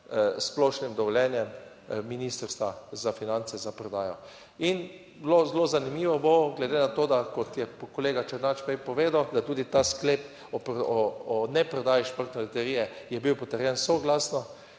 splošnim dovoljenjem Ministrstva za finance za prodajo in zelo zanimivo bo, glede na to, da kot je kolega Černač prej povedal, da tudi ta sklep o neprodaji Športne loterije je bil potrjen soglasno,